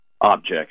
objects